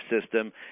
system